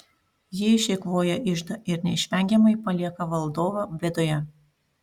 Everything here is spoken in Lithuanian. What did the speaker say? ji išeikvoja iždą ir neišvengiamai palieka valdovą bėdoje